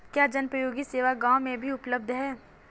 क्या जनोपयोगी सेवा गाँव में भी उपलब्ध है?